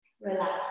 Relax